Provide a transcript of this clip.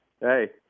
hey